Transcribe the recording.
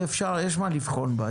יש מה לבחון בה,